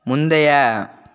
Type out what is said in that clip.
முந்தைய